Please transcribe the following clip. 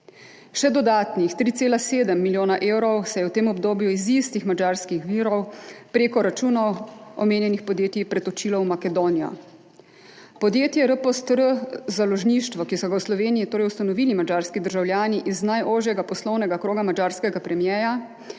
Še dodatnih 3,7 milijona evrov se je v tem obdobju iz istih madžarskih virov prek računov omenjenih podjetij pretočilo v Makedonijo. Podjetje R-POST-R založništvo, ki so ga v Sloveniji torej ustanovili madžarski državljani iz najožjega poslovnega kroga madžarskega premierja,